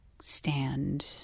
stand